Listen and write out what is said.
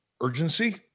urgency